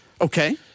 Okay